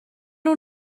اون